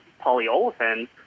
polyolefins